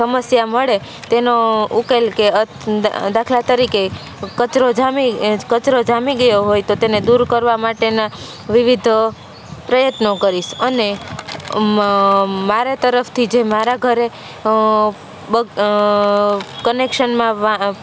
સમસ્યા મડે તેનો ઉકેલ કે દાખલા તરીકે કચરો જામી કચરો જામી ગયો હોય તો તેને દૂર કરવા માટેના વિવિધ પ્રયત્નો કરીશ અને મારા તરફથી જે મારા ઘરે કનેક્શનમાં વાં